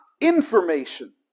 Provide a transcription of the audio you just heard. information